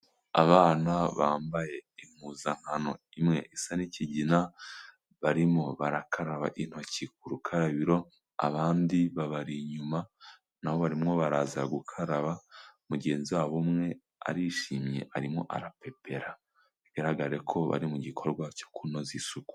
Abana bambaye impuzankano imwe isa n'ikigina barimo barakaraba intoki ku rukarabiro, abandi babari inyuma na bo barimo baraza gukaraba, mugenzi wabo umwe arishimye arimo arapepera bigaragare ko bari mu gikorwa cyo kunoza isuku.